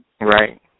Right